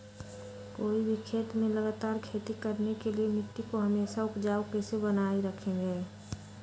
कोई भी खेत में लगातार खेती करने के लिए मिट्टी को हमेसा उपजाऊ कैसे बनाय रखेंगे?